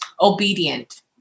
obedient